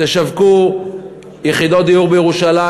תשווקו יחידות דיור בירושלים.